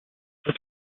this